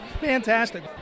Fantastic